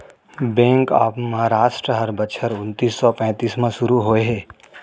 bank of Maharashtra ह बछर उन्नीस सौ पैतीस म सुरू होए हे